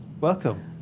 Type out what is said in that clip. Welcome